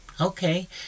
okay